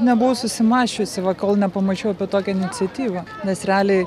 nebuvau susimąsčiusi va kol nepamačiau apie tokią iniciatyvą nes realiai